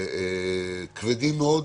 כבדים מאוד,